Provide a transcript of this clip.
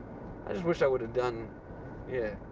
i just wish i would've done yeah,